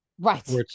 right